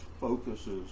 focuses